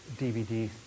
DVD